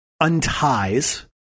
Untie's